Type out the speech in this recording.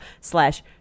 Slash